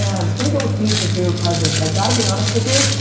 i was gonna go with who is your favorite president. but, i gotta be honest with you.